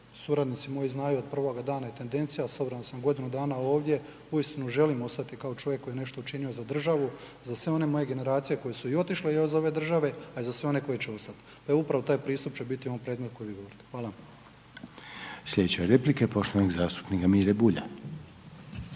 suradnici moji znaju od prvoga dana je tendencija s obzirom da sam godinu dana ovdje uistinu želim ostati kao čovjek koji je nešto učinio za državu, za sve one moje generacije koje su i otišle iz ove države a i za sve one koji će ostati. Evo upravo taj pristup će biti u .../Govornik se ne razumije./.... Hvala vam. **Reiner, Željko (HDZ)** Sljedeća replika je poštovanog zastupnika Mire Bulja.